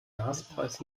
gaspreis